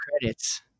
credits